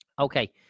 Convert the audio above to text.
Okay